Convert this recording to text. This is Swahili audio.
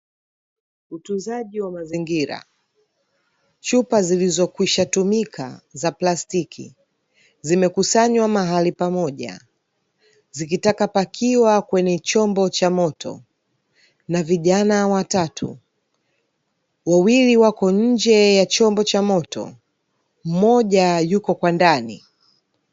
Utunzaji wa mazingira ,chupa zilizokwisha tumika za plastiki zimekusanywa mahali pamoja ,zikitaka pakiwa kwenye chombo cha moto na vijana watatu ,wawili wapo nje ya chombo cha moto na mmoja yupo kwa ndani .